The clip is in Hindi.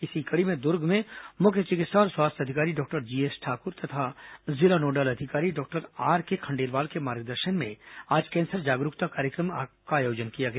इसी कड़ी में दुर्ग में मुख्य चिकित्सा और स्वास्थ्य अधिकारी डॉक्टर जीएस ठाकुर तथा जिला नोडल अधिकारी डॉक्टर आरके खंडेलवाल के मार्गदर्शन में आज कैंसर जागरूकता कार्यक्रम का आयोजन किया गया